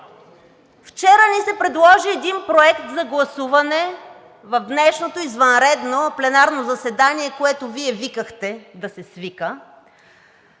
Вчера ни се предложи един проект за гласуване в днешното извънредно пленарно заседание, което Вие „викахте“ да се свика